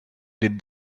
did